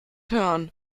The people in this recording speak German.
hören